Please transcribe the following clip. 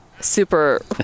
super